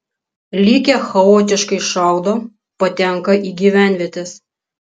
likę chaotiškai šaudo patenka į gyvenvietes